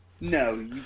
no